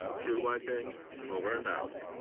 true vikings over and out.